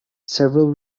several